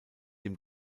dem